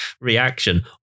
reaction